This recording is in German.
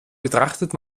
betrachtet